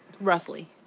Roughly